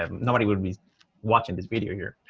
um nobody would be watching this video here.